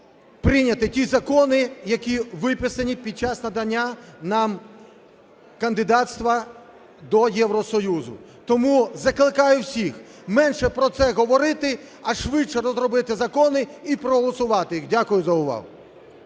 прийняти ті закони, які виписані під час надання нам кандидатства до Євросоюзу. Тому закликаю всіх менше про це говорити, а швидше розробити закони і проголосувати їх. Дякую за увагу.